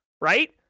right